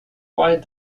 quite